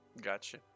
gotcha